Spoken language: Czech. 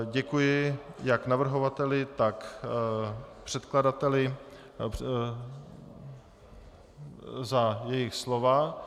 Děkuji jak navrhovateli tak předkladateli za jejich slova.